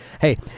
Hey